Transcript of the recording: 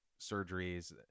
surgeries